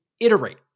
iterate